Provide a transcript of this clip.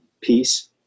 peace